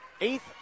Eighth